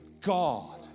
God